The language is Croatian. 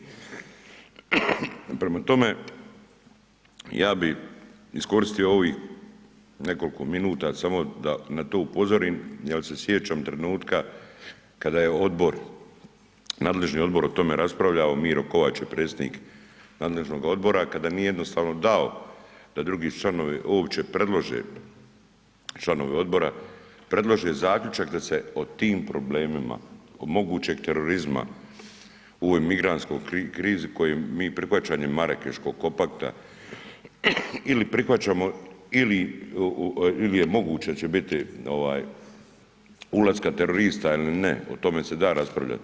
Prema tome, ja bih iskoristio ovih nekoliko minuta samo da na to upozorim jer se sjećam trenutka kada je odbor, nadlEžni odbor o tome raspravljao, Miro Kovač je predsjednik nadležnog odbora, kada nije jednostavno dao da drugi članovi uopće predlože, članovi odbora predlože zaključak da se o tim problemima oko mogućeg terorizma u ovoj migrantskoj krizi koju mi prihvaćanjem Marakeškog kompakta ili prihvaćamo ili je moguće da će biti, ulaska terorista ili ne, o tome se da raspravljati.